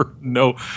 no